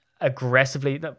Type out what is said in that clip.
aggressively